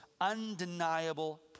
undeniable